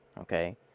okay